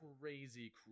crazy